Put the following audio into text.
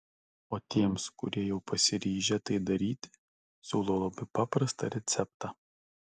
o tiems kurie jau pasiryžę tai daryti siūlau labai paprastą receptą